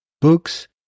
books